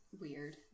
Weird